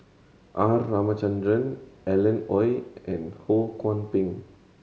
R Ramachandran Alan Oei and Ho Kwon Ping